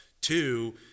Two